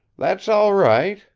that's all right,